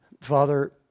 Father